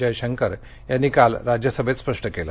जयशंकर यांनी काल राज्यसभेत स्पष्ट केलं